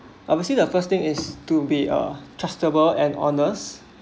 obviously the first thing is to be a trustable and honest